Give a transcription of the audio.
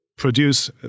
produce